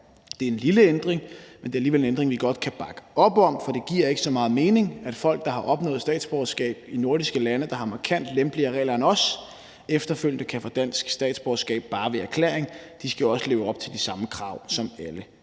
Det er en lille ændring, men det er alligevel en ændring, vi godt kan bakke op om. For det giver ikke så meget mening, at folk, der har opnået statsborgerskab i nordiske lande, der har markant lempeligere regler end os, efterfølgende kan få dansk statsborgerskab bare ved erklæring. De skal også leve op til de samme krav som alle